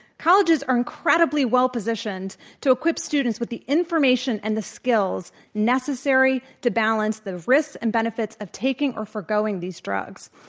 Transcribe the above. colleges are incredibly well-positioned to equip students with the information and the skills necessary to balance the risks and benefits of taking or foregoing these drugs.